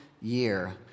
year